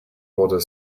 border